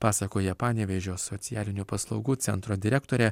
pasakoja panevėžio socialinių paslaugų centro direktorė